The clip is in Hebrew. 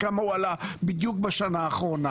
בכמה הוא עלה בשנה האחרונה.